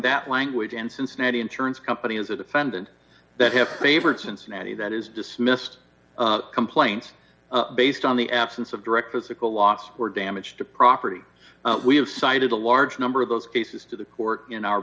that language and cincinnati insurance company as a defendant that have favored cincinnati that is dismissed complaints based on the absence of direct physical loss or damage to property we have cited a large number of those cases to the court in our